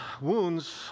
Wounds